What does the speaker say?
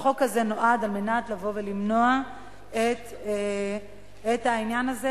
החוק הזה נועד לבוא ולמנוע את העניין הזה,